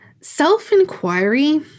Self-inquiry